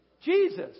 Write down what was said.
Jesus